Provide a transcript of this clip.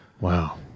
Wow